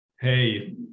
hey